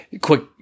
quick